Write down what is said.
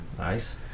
nice